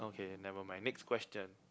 okay never mind next question